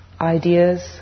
Ideas